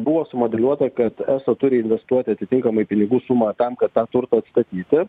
buvo sumodeliuota kad eso turi investuoti atitinkamai pinigų sumą tam kad tą turtą atstatyti